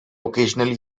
occasionally